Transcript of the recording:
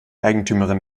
eigentümerin